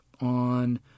on